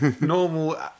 normal